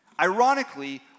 Ironically